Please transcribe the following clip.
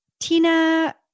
Tina